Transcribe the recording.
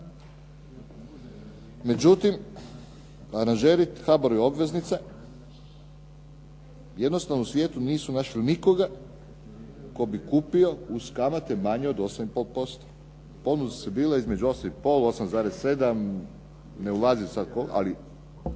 Međutim, aranžeri HBOR obveznice jednostavno u svijetu nisu našli nikoga tko bi kupio uz kamate manje od 8,5%. Ponude su bile između 8,5 i 8,7, ne ulazim sad u to, ali